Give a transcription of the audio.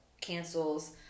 cancels